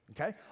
Okay